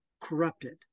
corrupted